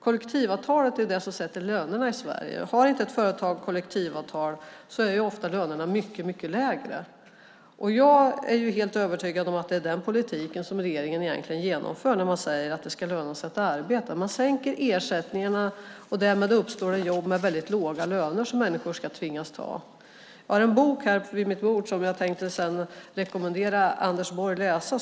Kollektivavtalet är det som sätter lönerna i Sverige. Om ett företag inte har kollektivavtal är lönerna ofta mycket, mycket lägre. Jag är helt övertygad om att det är den politiken som regeringen egentligen genomför när man säger att det ska löna sig att arbeta. Man sänker ersättningarna, och därmed uppstår jobb med låga löner som människor ska tvingas ta. Jag har en bok på mitt bord som jag tänkte rekommendera Anders Borg att läsa.